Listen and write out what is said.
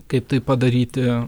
kaip tai padaryti